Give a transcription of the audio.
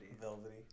Velvety